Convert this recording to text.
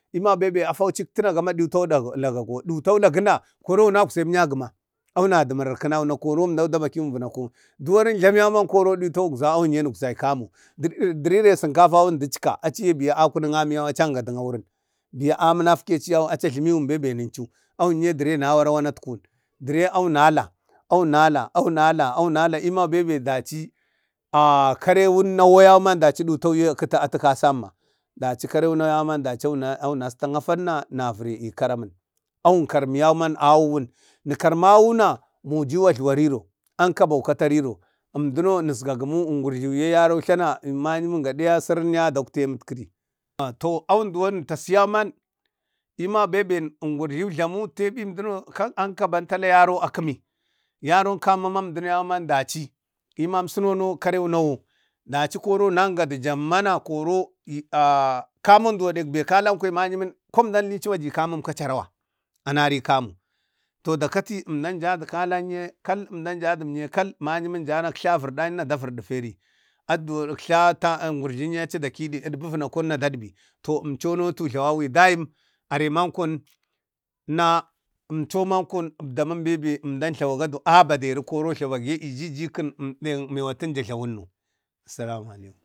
ema bebe afawacik tira gama ditau lagau dutau laguna korau wunakzi emyakguma, a wuna du mararkunuwan na koro emda da bakiwin vanakon duworin jlamu yauman kora ta wunekzayai kamo du rere sinkafawun dicka aci yee biya akunuk aminyau biya acangadun awurin biya aminafkeciyau aminafkeci yau aca jlamiwu bebe wununcu awun ye dire wuna warek wanak kuwun dire ayuna lah awu na lah awuna lah eman bebe daci kare wunnawo yauman daci dutauye aketi azam atu kasamma daci karewunaye daman daci wuna dari awunastan afanna na vire e karma kamun awun karmu man awun karma wununa mujiu jluwo riro, ankau ka ta riro emduno wunzgagumu ungurjla yaron jlana mayimin gade ya sirin ya dakte mitkiri a to awun duwan wun tasi yaman ema bebe ungurjli jlamu tebim duno ankaban tala yaro akemi yaro kamuman ben duno yaumanan daci eman sunono kareu nawau daci koro naggadu jamman na koro a kamon duwan dek ben kalan kwaya mayimin kon edal micima ji kamo aca rawa a nari kamo to da kati emdan jadu kalan ye kal emdan jadum yaye kal mayinun janak tla vardanna da vardi feri adeye uktla te gurjliye aci da kide edbi vanakon na dadbi to emco no tu tlawawi dayim be mankon na emcomankon ebdamin bebe emdan jlawadu a baderi koro jlawage ee jijiken dek miyawatija jlamu no salamalekum.